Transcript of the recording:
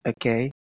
Okay